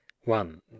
One